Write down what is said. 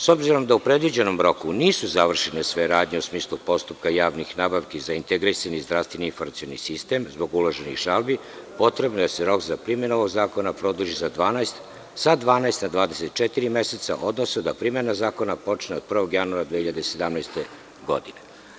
S obzirom da u predviđenom roku nisu završene sve radnje u smislu postupka javnih nabavki za integrisani zdravstveni informacioni sistem, zbog uloženih žalbi, potrebno je da se rok za primenu ovog zakona produži sa 12 na 24 meseca, odnosno da primena ovog zakona počne od 1. januara 2017. godine.